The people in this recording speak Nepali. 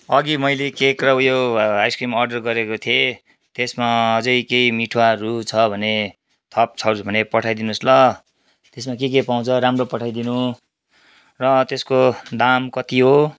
अघि मैले केक र ऊ यो आइसक्रिम अर्डर गरेको थिएँ त्यसमा अझै केही मिठाहरू छ भने थप छ भने पठइदिनुहोस् ल त्यसमा के के पाउँछ राम्रो पठाइदिनु र त्यसको दाम कति हो